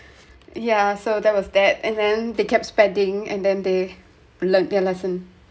yeah so that was that and then they kept spending and then they learnt their lesson